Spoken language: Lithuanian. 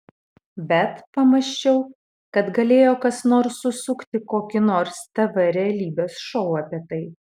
bet pamąsčiau kad galėjo kas nors susukti kokį nors tv realybės šou apie tai